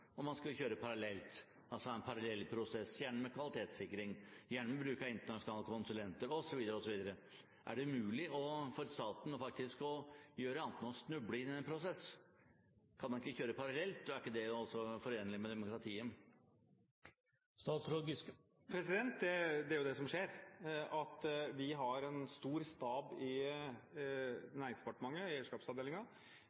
om man skulle kjøre parallelt – altså en parallell prosess, gjerne med kvalitetssikring, gjerne med bruk av internasjonale konsulenter, osv. Er det umulig for staten faktisk å gjøre annet enn å snuble i denne prosessen? Kan man ikke kjøre parallelt, og er ikke det også forenlig med demokratiet? Det er jo det som skjer. Vi har en stor stab i